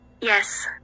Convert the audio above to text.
yes